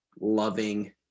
loving